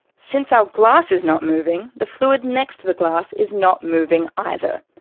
since our glass is not moving, the fluid next to the glass is not moving either.